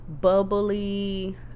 bubbly